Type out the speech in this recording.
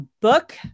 book